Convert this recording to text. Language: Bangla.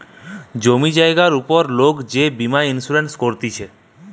জমি জায়গার উপর লোক যে বীমা ইন্সুরেন্স করতিছে